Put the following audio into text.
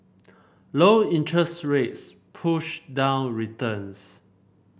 low interest rates push down returns